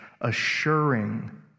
assuring